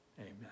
Amen